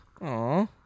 Aw